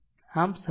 આમ સમજો